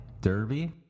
Derby